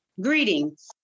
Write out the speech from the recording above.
greetings